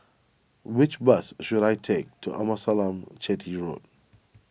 which bus should I take to Amasalam Chetty Road